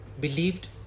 believed